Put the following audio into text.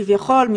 כביכול,